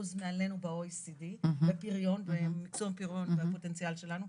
מעלינו ב-OECD במיצוי הפריון והפוטנציאל שלנו.